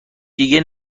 دیگه